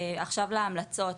המלצות.